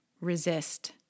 resist